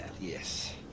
yes